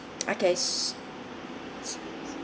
okay